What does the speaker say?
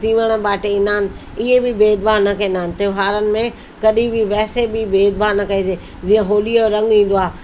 तीवड़ बाटे ईंदा आहिनि इहे बि भेदभाव न कंदा आहिनि त्योहारनि में कॾहिं बि वैसे बि भेदभाव न कजे जीअं होलीअ जो रंग ईंदो आहे